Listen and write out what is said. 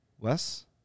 less